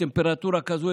בטמפרטורה כזאת,